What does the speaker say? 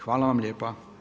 Hvala vam lijepa.